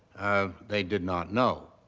they did not know.